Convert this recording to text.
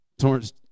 Torrance